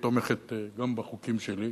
תומכת גם בחוקים שלי.